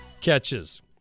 catches